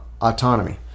autonomy